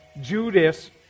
Judas